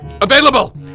available